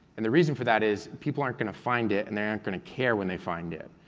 and the reason for that is, people aren't going to find it and they aren't going to care when they find it.